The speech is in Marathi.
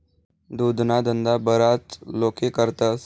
दुधना धंदा बराच लोके करतस